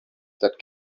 that